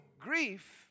grief